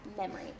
Memory